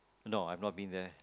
no I've not been there